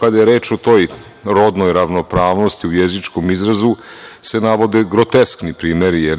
kada je reč o toj rodnoj ravnopravno u jezičkom izrazu se navode groteskni primeri.